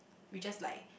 we just like